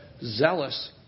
zealous